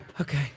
Okay